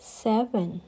seven